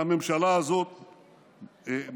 שהממשלה הזאת גבתה,